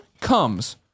comes